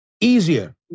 Easier